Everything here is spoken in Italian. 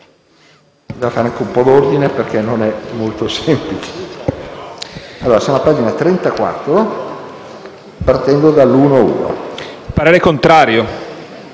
parere contrario